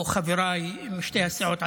או חבריי משתי הסיעות,